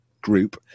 group